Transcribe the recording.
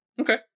Okay